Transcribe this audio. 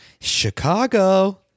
Chicago